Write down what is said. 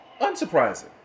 Unsurprising